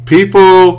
People